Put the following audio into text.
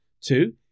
Two